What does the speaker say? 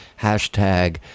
hashtag